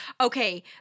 Okay